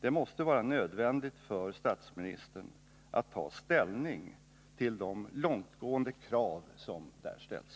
Det måste vara nödvändigt för statsministern att ta ställning till de långtgående krav som där ställs.